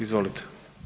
Izvolite.